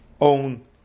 own